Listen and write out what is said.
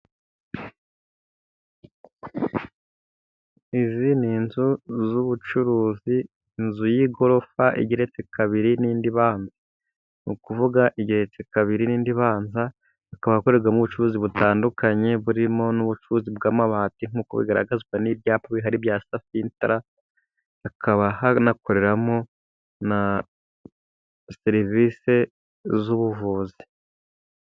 Izi ni inzu z'ubucuruzi ,inzu y'igorofa igiretse kabiri n'indi iba muns, ni ukuvuga igeretse kabiri n'indi ibanza hakaba hakorerwamo ubucuruzi butandukanye burimo n'ubucuruzi bw'amabati nk'uko bigaragazwa n'ibyapa bihari bya safintara, hakaba hanakoreramo na serivisi z'ubuvuzi.